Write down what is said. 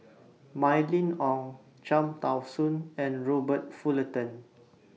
Mylene Ong Cham Tao Soon and Robert Fullerton